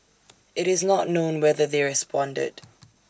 IT is not known whether they responded